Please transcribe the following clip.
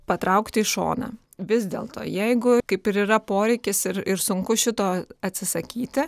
patraukti į šoną vis dėlto jeigu kaip ir yra poreikis ir ir sunku šito atsisakyti